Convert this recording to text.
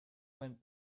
went